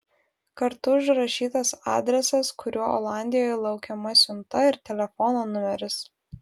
kartu užrašytas adresas kuriuo olandijoje laukiama siunta ir telefono numeris